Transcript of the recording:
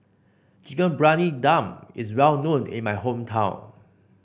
Chicken Briyani Dum is well known in my hometown